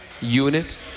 unit